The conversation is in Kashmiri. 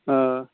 آ